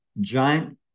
giant